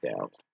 out